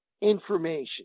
information